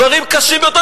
דברים קשים ביותר.